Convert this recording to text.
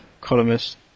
columnist